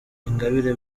ingabire